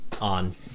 on